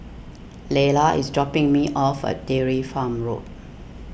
Layla is dropping me off at Dairy Farm Road